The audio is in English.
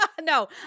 No